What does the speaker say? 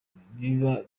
bibi